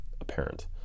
apparent